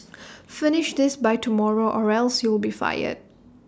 finish this by tomorrow or else you'll be fired